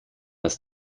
das